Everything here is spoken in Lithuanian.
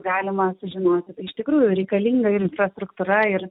galima sužinoti tai iš tikrųjų reikalinga infrastruktūra ir